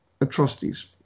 atrocities